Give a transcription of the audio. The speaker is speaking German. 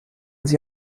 sie